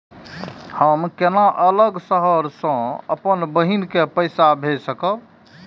हम केना अलग शहर से अपन बहिन के पैसा भेज सकब?